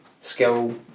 skill